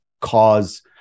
cause